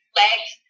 legs